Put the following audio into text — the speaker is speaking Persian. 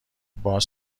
باز